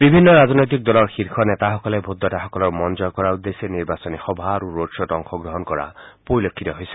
বিভিন্ন ৰাজনৈতিক দলৰ শীৰ্ষ নেতাসকলে ভোটদাতাসকলৰ মন জয় কৰাৰ উদ্দেশ্যে নিৰ্বাচনী সভা আৰু ৰোড শ্ব'ত অংশগ্ৰহণ কৰা পৰিলক্ষিত হৈছে